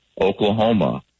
Oklahoma